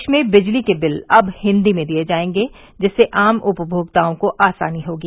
प्रदेश में बिजली के बिल अब हिन्दी में दिये जायेंगे जिससे आम उपभोक्ताओं को आसानी होगी